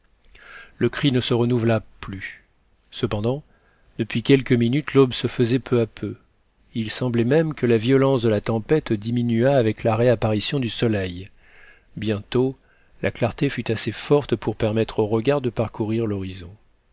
le cri ne se renouvela plus cependant depuis quelques minutes l'aube se faisait peu à peu il semblait même que la violence de la tempête diminuât avec la réapparition du soleil bientôt la clarté fut assez forte pour permettre au regard de parcourir l'horizon